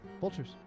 Vultures